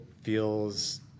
feels